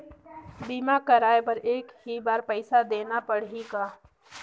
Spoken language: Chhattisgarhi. बीमा कराय बर एक ही बार पईसा देना पड़ही का?